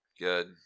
Good